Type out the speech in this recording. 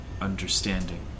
understanding